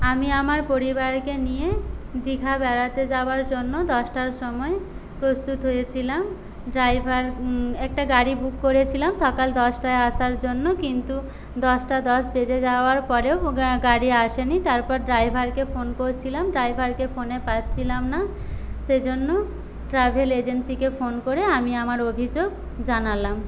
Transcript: আমি আমার পরিবারকে নিয়ে দীঘা বেড়াতে যাওয়ার জন্য দশটার সময় প্রস্তুত হয়েছিলাম ড্রাইভার একটা গাড়ি বুক করেছিলাম সকাল দশটায় আসার জন্য কিন্তু দশটা দশ বেজে যাওয়ার পরেও গাড়ি আসেনি তারপর ড্রাইভারকে ফোন করেছিলাম ড্রাইভারকে ফোনে পাচ্ছিলাম না সে জন্য ট্রাভেল এজেন্সিকে ফোন করে আমি আমার অভিযোগ জানালাম